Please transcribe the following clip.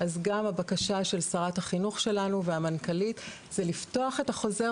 אז גם הבקשה של שרת החינוך שלנו והמנכ"לית - זה לפתוח את החוזר,